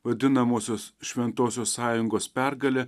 vadinamosios šventosios sąjungos pergale